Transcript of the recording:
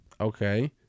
Okay